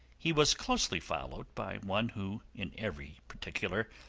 he was closely followed by one who in every particular,